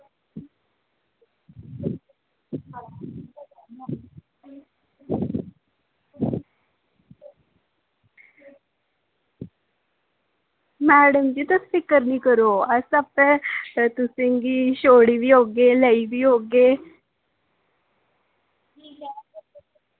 madam ji तुस फिकर निं करो अस आपें तुसेंगी छोड़ी बी औगे लेई बी औगे